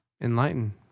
Enlighten